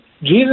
Jesus